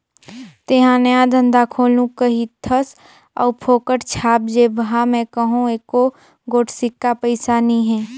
तेंहा नया धंधा खोलहू कहिथस अउ फोकट छाप जेबहा में कहों एको गोट सिक्का पइसा नी हे